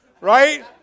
Right